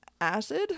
Acid